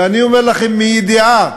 ואני אומר לכם מידיעה: